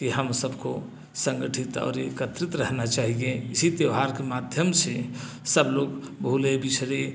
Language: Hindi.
कि हम सबको संगठित और एकत्रित रहना चाहिए इसी त्यौहार के माध्यम से सब लोग भूले बिछड़े